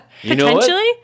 Potentially